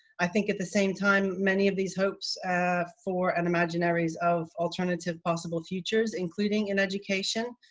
i think at the same time many of these hopes for an imaginaries of alternative possible futures, including in education,